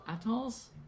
Atolls